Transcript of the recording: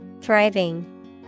Thriving